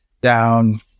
down